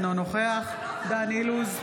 אינו נוכח דן אילוז,